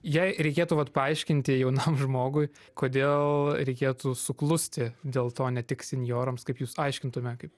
jei reikėtų vat paaiškinti jaunam žmogui kodėl reikėtų suklusti dėl to ne tik senjorams kaip jūs aiškintume kaip